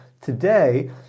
today